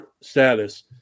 status